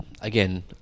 again